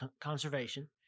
conservation